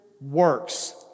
works